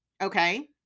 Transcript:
Okay